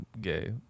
gay